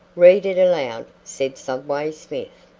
read it aloud, said subway smith.